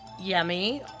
Yummy